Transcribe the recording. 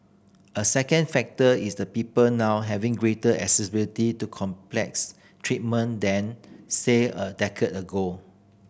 a second factor is that people now have greater accessibility to complex treatment than say a decade ago